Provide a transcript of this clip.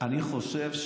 אני חושב,